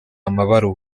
amabaruwa